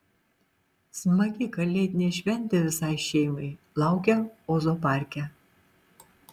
smagi kalėdinė šventė visai šeimai laukia ozo parke